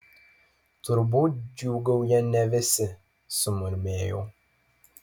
turbūt džiūgauja ne visi sumurmėjau